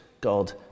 God